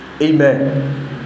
Amen